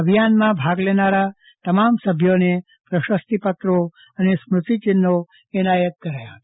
અભિયાનમાં ભાગ લેનારા તમામ સભ્યને પ્રસ્તીતી પત્રો અને સ્મૃતિચિફનો એનાયત કરાયા હતા